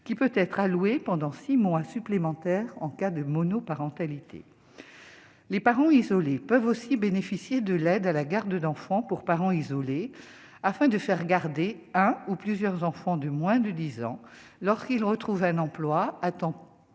qui peut être allouée pendant 6 mois supplémentaires en cas de monoparentalité les parents isolés peuvent aussi bénéficier de l'aide à la garde d'enfants pour parent isolé afin de faire garder un ou plusieurs enfants de moins de 10 ans lorsqu'ils retrouvent un emploi à temps